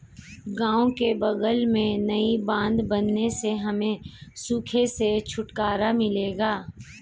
गांव के बगल में नई बांध बनने से हमें सूखे से छुटकारा मिलेगा